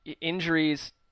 injuries